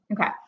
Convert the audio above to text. Okay